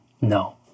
No